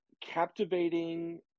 captivating